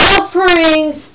Offerings